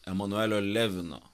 emanuelio levino